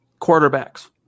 Quarterbacks